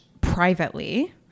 privately